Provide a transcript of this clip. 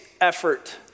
effort